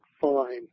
fine